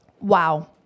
Wow